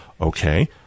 okay